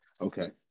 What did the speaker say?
okay